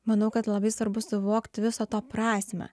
manau kad labai svarbu suvokti viso to prasmę